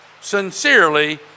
Sincerely